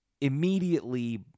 immediately